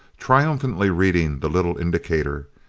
triumphantly reading the little indicator.